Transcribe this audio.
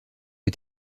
est